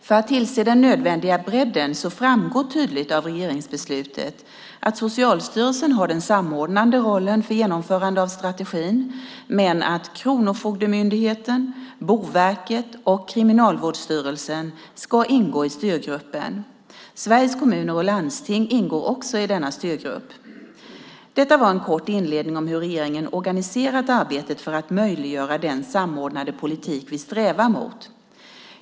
För att tillse den nödvändiga bredden framgår tydligt av regeringsbeslutet att Socialstyrelsen har den samordnande rollen för genomförande av strategin men att Kronofogdemyndigheten, Boverket och Kriminalvårdsstyrelsen ska ingå i styrgruppen. Sveriges Kommuner och Landsting ingår också i denna styrgrupp. Detta var en kort inledning om hur regeringen organiserat arbetet för att möjliggöra den samordnande politik vi strävar mot.